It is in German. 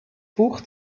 buch